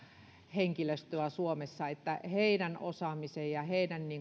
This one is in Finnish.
henkilöstöä suomessa eli heidän osaamisensa ja heidän